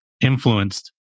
influenced